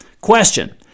Question